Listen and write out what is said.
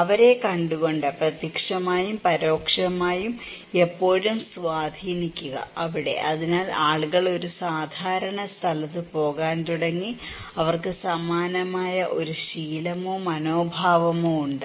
അവരെ കണ്ടുകൊണ്ട് പ്രത്യക്ഷമായും പരോക്ഷമായും എപ്പോഴും സ്വാധീനിക്കുക അവിടെ അതിനാൽ ആളുകൾ ഒരു സാധാരണ സ്ഥലത്ത് പോകാൻ തുടങ്ങി അവർക്ക് സമാനമായ ഒരു ശീലമോ മനോഭാവമോ ഉണ്ട്